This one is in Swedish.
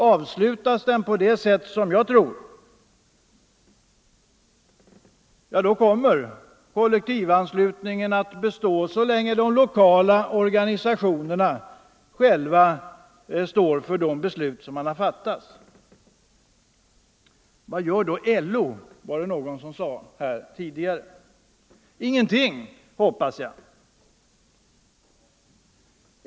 Avslutas den på det sätt som jag tror kommer kollektivanslutningen att bestå så länge de lokala organisationerna själva står för de beslut som de har fattat. Vad gör då LO, var det någon som frågade här tidigare. Ingenting, hoppas jag.